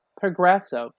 progressive